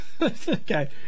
Okay